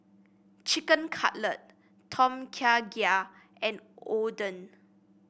Chicken Cutlet Tom Kha Gai and Oden